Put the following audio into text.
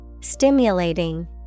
Stimulating